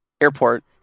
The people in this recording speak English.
airport